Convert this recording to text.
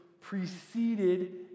preceded